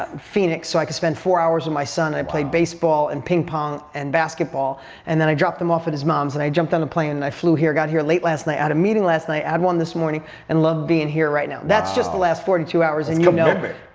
phoenix so i could spend four hours with my son and i played baseball and ping pong and basketball and then i dropped him off at his mom's and i jumped on a plane and i flew here. got here late last night. had a meeting last night, had one this morning, and love being here right now. that's just the last forty two hours, and you know, but